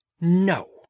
No